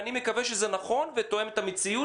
אני מקווה שזה נכון ותואם את המציאות,